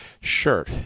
shirt